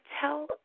tell